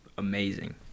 Amazing